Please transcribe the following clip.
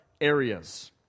areas